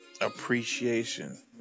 appreciation